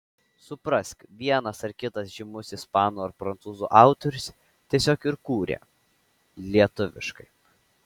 suprask vienas ar kitas žymus ispanų ar prancūzų autorius tiesiog ir kūrė lietuviškai